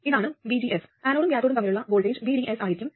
ഇതാണ് VGS ആനോഡും കാഥോഡും തമ്മിലുള്ള വോൾട്ടേജ് VDS ആയിരിക്കും